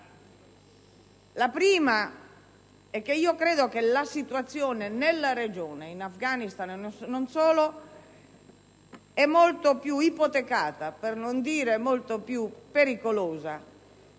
La prima è che - a mio avviso - la situazione nella regione, in Afghanistan ma non solo, è molto più ipotecata per non dire più pericolosa